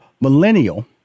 millennial